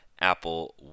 apple